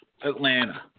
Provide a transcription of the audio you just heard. Atlanta